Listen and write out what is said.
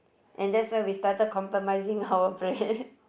and that's where we started compromising our friend